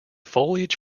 foliage